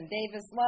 Davis